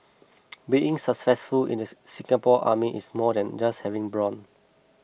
being in successful in the Singapore Army is more than just having brawn